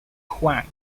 huang